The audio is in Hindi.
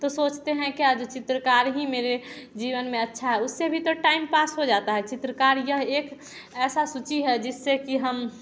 तो सोचते है क्या जो चित्रकार ही मेरे जीवन में अच्छा है उससे भी तो टाइम पास हो जाता है चित्रकार यह एक ऐसा सूची है जिससे की हम